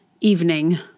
evening